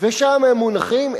ושם הם מונחים,